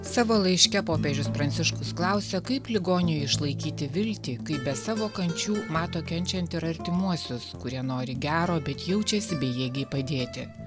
savo laiške popiežius pranciškus klausia kaip ligoniui išlaikyti viltį kai be savo kančių mato kenčiant ir artimuosius kurie nori gero bet jaučiasi bejėgiai padėti